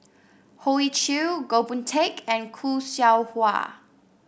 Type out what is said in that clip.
Hoey Choo Goh Boon Teck and Khoo Seow Hwa